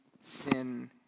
sin